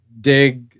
dig